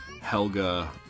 Helga